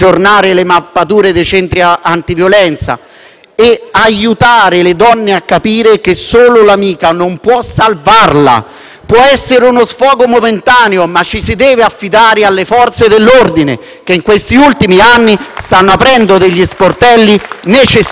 e aiutare le donne a capire che la sola amica non basta a salvarle. Può essere uno sfogo momentaneo, ma ci si deve affidare alle Forze dell'ordine, che in questi ultimi anni stanno aprendo degli sportelli necessari e importanti per la difesa delle donne.